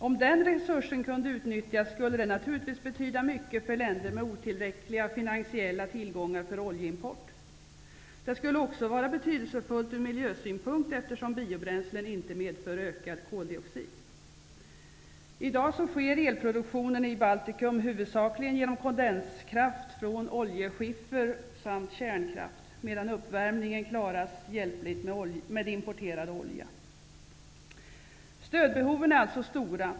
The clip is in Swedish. Om den resursen kunde utnyttjas, skulle det naturligtvis betyda mycket för länder med otillräckliga finansiella tillgångar för oljeimport. Det skulle också vara betydelsefullt från miljösynpunkt, eftersom biobränslen inte medför ökade koldioxidutsläpp. I dag sker elproduktionen i Baltikum huvudsakligen genom kondenskraft från oljeskiffer samt kärnkraft, medan uppvärmningen hjälpligt klaras med importerad olja. Stödbehoven är alltså stora.